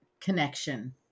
connection